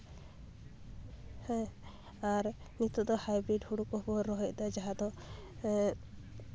ᱦᱮᱸ ᱟᱨ ᱱᱤᱛᱳᱜ ᱫᱚ ᱦᱟᱭᱵᱨᱤᱰ ᱦᱳᱲᱳ ᱠᱚ ᱵᱚᱱ ᱨᱚᱦᱚ ᱫᱟ ᱡᱟᱦᱟᱸ ᱫᱚ